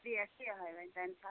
rate چھِ یِہٕے ؤنۍ تٔمۍ ساتہٕ